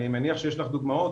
אני מניח שיש לך דוגמאות,